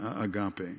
agape